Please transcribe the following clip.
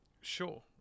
Sure